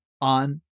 on